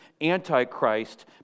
Antichrist